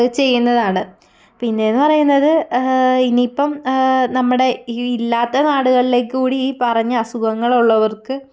ചെയ്യുന്നതാണ് പിന്നെയെന്നു പറയുന്നത് ഇനി ഇപ്പം നമ്മുടെ ഇ ഇല്ലാത്ത നാടുകളിലേക്കു കൂടി ഈ പറഞ്ഞ അസുഖങ്ങളുള്ളവർക്ക്